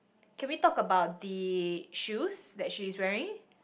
can we talk about the shoes that she is wearing